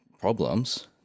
problems